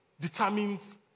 determines